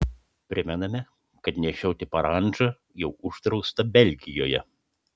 primename kad nešioti parandžą jau uždrausta belgijoje